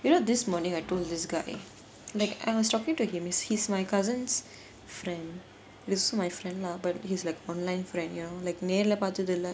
you know this morning I told this guy like I was talking to him he~ he's my cousin's friend also my friend lah but he's like online friend you know like நேர்ல பாத்தது இல்ல:nerla paathathu illa